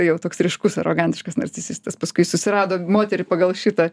jau toks ryškus arogantiškas narcisistas paskui susirado moterį pagal šitą